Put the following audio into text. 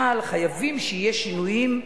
אבל חייבים לעשות שינויים,